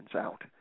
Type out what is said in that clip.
out